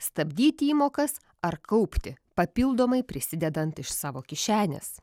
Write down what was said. stabdyti įmokas ar kaupti papildomai prisidedant iš savo kišenės